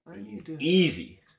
Easy